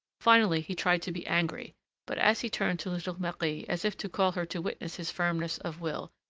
finally, he tried to be angry but as he turned to little marie, as if to call her to witness his firmness of will,